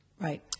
right